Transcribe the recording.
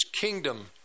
kingdom